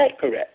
correct